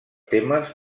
temes